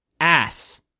ass